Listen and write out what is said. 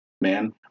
man